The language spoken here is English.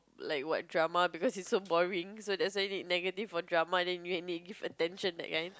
like what drama because it's so boring so that's why you need negative for drama then you can give attention that kind